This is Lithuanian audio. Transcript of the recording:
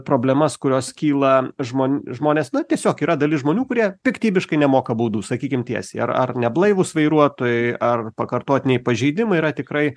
problemas kurios kyla žmon žmonės na tiesiog yra dalis žmonių kurie piktybiškai nemoka baudų sakykim tiesiai ar ar neblaivūs vairuotojai ar pakartotiniai pažeidimai yra tikrai